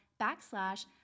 backslash